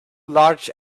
large